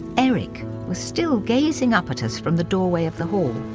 eric was still gazing up at us, from the doorway of the hall.